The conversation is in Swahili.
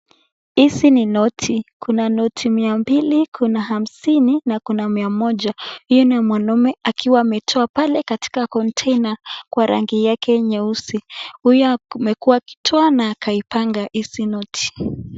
Hizi ni noti, kuna noti mia mbili, kuna hamsini na kuna mia moja, huyu ni mwanaume akiwa ametoa pale katika konteina kwa rangi yake nyeusi, huyu amekua akiitoa na akaipanga hizi noti.